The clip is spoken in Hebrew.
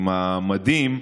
עם המדים,